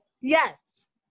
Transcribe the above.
Yes